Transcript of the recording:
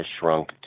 shrunk